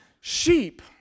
sheep